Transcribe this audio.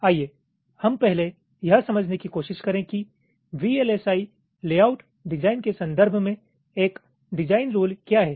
आइए हम पहले यह समझने की कोशिश करें कि वीएलएसआई लेआउट डिजाइन के संदर्भ में एक डिजाइन रुल क्या है